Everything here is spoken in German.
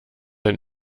ein